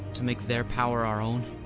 to make their power our own?